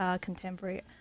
contemporary